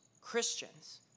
Christians